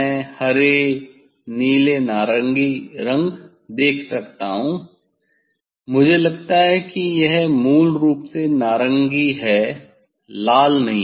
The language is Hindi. मैं हरे नीले नारंगी देख सकता हूँ मुझे लगता है कि यह मूल रूप से नारंगी है लाल नहीं